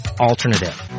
Alternative